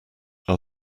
are